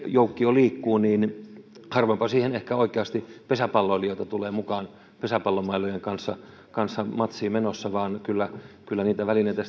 liikkuu niin harvoinpa siihen ehkä oikeasti pesäpalloilijoita tulee mukaan pesäpallomailojen kanssa kanssa matsiin menossa vaan kyllä kyllä niitä välineitä